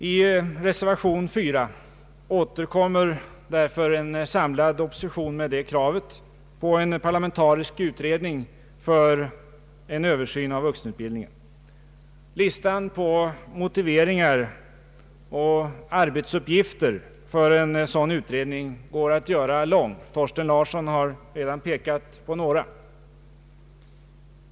I reservation 4 återkommer därför en samlad opposition med kravet på en parlamentarisk utredning för en översyn av vuxenutbildningen. Listan på motiveringar och arbetsuppgifter för en sådan utredning går att göra lång. Herr Thorsten Larsson har redan pekat på några.